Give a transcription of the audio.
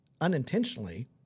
unintentionally